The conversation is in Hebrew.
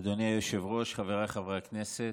אדוני היושב-ראש, חבריי חברי הכנסת,